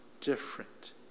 different